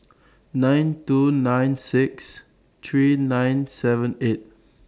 nine two nine six three nine seven eight